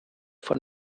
von